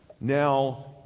now